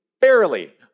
Barely